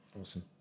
awesome